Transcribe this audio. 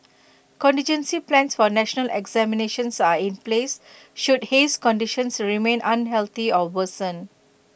contingency plans for national examinations are in place should haze conditions remain unhealthy or worsen